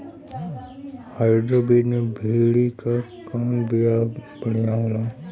Hybrid मे भिंडी क कवन बिया बढ़ियां होला?